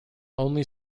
only